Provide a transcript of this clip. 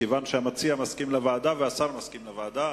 כיוון שהמציע מסכים לוועדה והשר מסכים לוועדה,